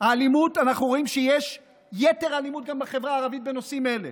האלימות אנחנו רואים שיש יתר אלימות בחברה הערבית בנושאים אלה.